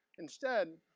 instead,